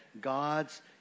God's